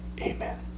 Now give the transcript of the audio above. amen